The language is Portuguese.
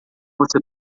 você